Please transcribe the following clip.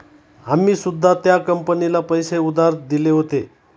आम्ही सुद्धा त्या कंपनीला पैसे उधार दिले होते